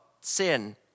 sin